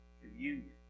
Communion